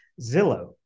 Zillow